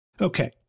Okay